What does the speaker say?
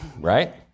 right